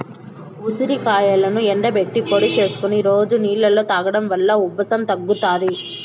ఉసిరికాయలను ఎండబెట్టి పొడి చేసుకొని రోజు నీళ్ళలో తాగడం వలన ఉబ్బసం తగ్గుతాది